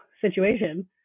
situation